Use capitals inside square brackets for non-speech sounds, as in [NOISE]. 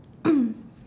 [COUGHS]